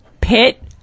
Pit